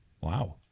Wow